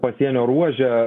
pasienio ruože